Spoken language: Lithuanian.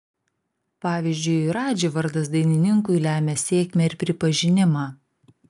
pavyzdžiui radži vardas dainininkui lemia sėkmę ir pripažinimą